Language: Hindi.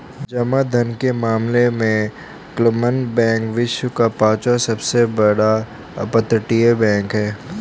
जमा धन के मामले में क्लमन बैंक विश्व का पांचवा सबसे बड़ा अपतटीय बैंक है